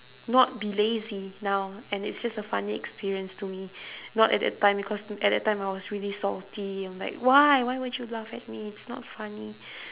not be lazy now and it's just a funny experience to me not at that time because at that time I was really salty I'm like why why would you laugh at me it's not funny